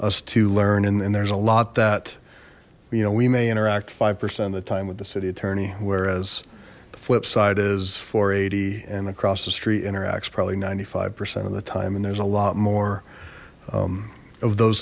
us to learn and there's a lot that you know we may interact five percent of the time with the city attorney whereas the flipside is four hundred and eighty and across the street interacts probably ninety five percent of the time and there's a lot more of those th